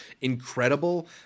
incredible